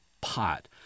pot